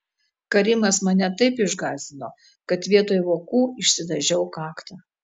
karimas mane taip išgąsdino kad vietoj vokų išsidažiau kaktą